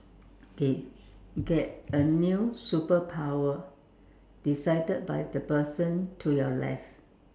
okay get a new superpower decided by the person to your left